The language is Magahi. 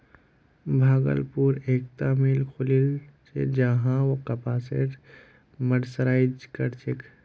भागलपुरत एकता मिल खुलील छ जहां कपासक मर्सराइज कर छेक